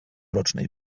rocznej